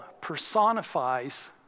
personifies